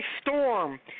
Storm